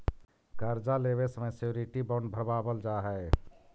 कर्जा लेवे समय श्योरिटी बॉण्ड भरवावल जा हई